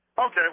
Okay